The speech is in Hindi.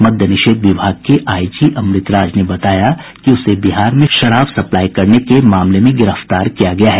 मद्य निषेध विभाग के आईजी अमृत राज ने बताया कि उसे बिहार में शराब सप्लाई करने के मामले में गिरफ्तार किया गया है